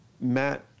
Matt